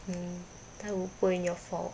mm tahu pun your fault